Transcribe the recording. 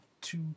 two